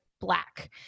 black